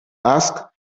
ask